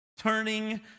turning